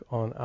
on